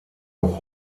auch